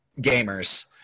gamers